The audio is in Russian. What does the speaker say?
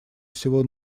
всего